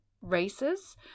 races